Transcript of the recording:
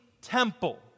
temple